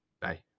Bye